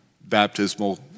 baptismal